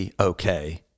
okay